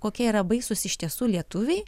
kokie yra baisūs iš tiesų lietuviai